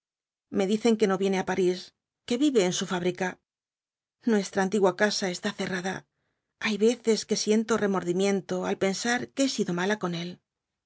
me dicen que no viene á parís que vive en su fábrica nuestra antigua casa está cerrada hay veces que siento remordimiento al pensar que he sido mala con él